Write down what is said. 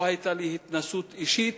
לא היתה לי התנסות אישית